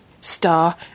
Star